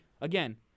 Again